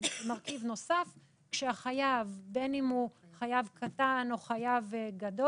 מרכיב נוסף הוא לגבי החייב בין אם הוא חייב קטן או חייב גדול,